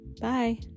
Bye